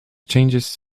changes